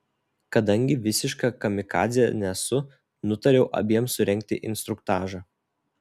kadangi visiška kamikadzė nesu nutariau abiem surengti instruktažą